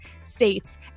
states